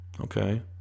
Okay